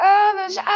others